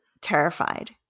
terrified